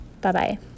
Bye-bye